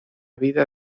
vida